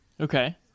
okay